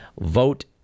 vote